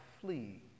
flee